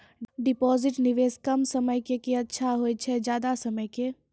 Deposit निवेश कम समय के के अच्छा होय छै ज्यादा समय के?